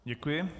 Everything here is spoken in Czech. Děkuji.